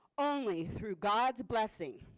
only through god's blessing.